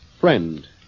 Friend